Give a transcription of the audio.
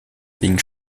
being